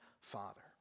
father